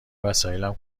وسایلم